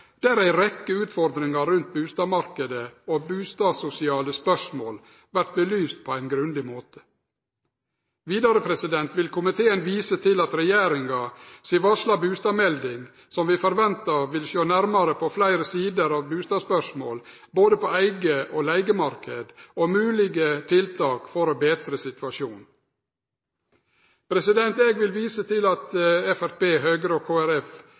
der ei rekkje utfordringar rundt bustadmarknaden og bustadsosiale spørsmål vert belyste på ein grundig måte. Vidare vil komiteen vise til regjeringa si varsla bustadmelding, som vi forventar vil sjå nærmare på fleire sider av bustadspørsmåla, både på eige- og leigemarknaden, og moglege tiltak for å betre situasjonen. Eg vil vise til at Framstegspartiet, Høgre og